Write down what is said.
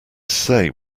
say